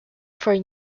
for